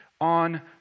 on